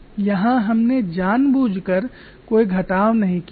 यहाँ हमने जानबूझकर कोई घटाव नहीं किया है